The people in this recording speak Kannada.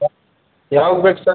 ಯಾ ಯಾವಾಗ ಬೇಕು ಸರ್